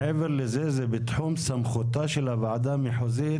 מעבר לזה זה בתחום סמכותה של הוועדה המחוזית.